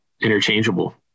interchangeable